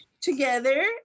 together